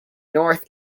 north